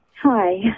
Hi